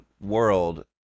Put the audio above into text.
world